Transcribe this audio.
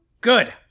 Good